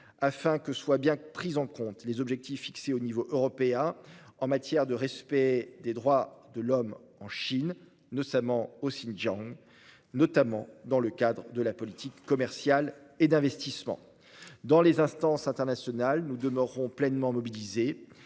afin que soient bien pris en compte les objectifs fixés au niveau européen en matière de respect des droits de l'homme en Chine, en particulier au Xinjiang et dans le cadre de la politique commerciale et d'investissement. Dans les instances internationales, nous demeurerons pleinement mobilisés